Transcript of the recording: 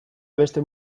beste